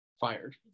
fired